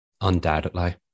Undoubtedly